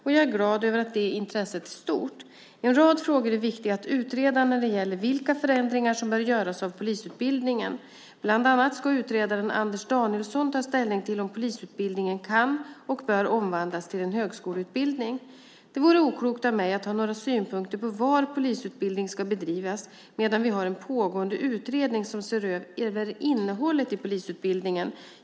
Och jag är glad över att det intresset är så stort. En rad frågor är viktiga att utreda när det gäller vilka förändringar som bör göras av polisutbildningen. Bland annat ska utredaren Anders Danielsson ta ställning till om polisutbildningen kan och bör omvandlas till en högskoleutbildning. Det vore oklokt av mig att ha några synpunkter på var polisutbildning ska bedrivas medan vi har en pågående utredning som ser över polisutbildningen.